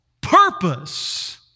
purpose